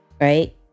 Right